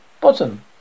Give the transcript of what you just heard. Bottom